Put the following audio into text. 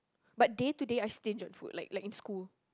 but day to day I stinge on food like like in school